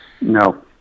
no